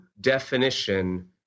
definition